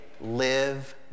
live